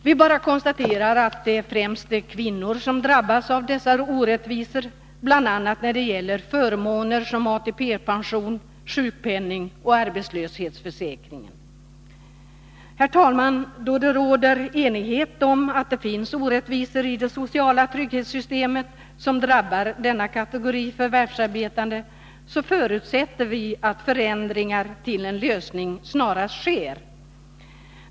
Vi konstaterar bara att det främst är kvinnor som drabbas av dessa orättvisor, bl.a. när det gäller förmåner som ATP-pension, sjukpenning och arbetslöshetsförsäkring. Då det råder enighet om att det finns orättvisor i det sociala trygghetssystemet, som drabbar denna kategori förvärvsarbetande, förutsätter vi att förändringar som skall syfta till en lösning snarast sker.